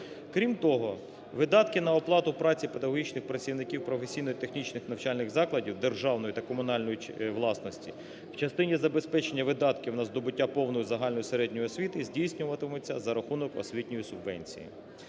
Крім того, видатки на оплату праці педагогічних працівників професійно-технічних начальних закладів державної та комунальної власності в частині забезпечення видатків на здобуття повної загально-середньої освіти здійснюватимуться за рахунок освітньої субвенції.